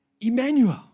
Emmanuel